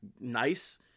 nice